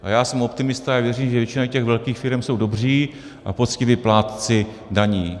A já jsem optimista, já věřím, že většina těch velkých firem jsou dobří a poctiví plátci daní.